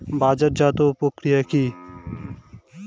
বাজারজাতও প্রক্রিয়া কি?